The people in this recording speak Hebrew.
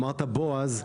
אמרת בועז,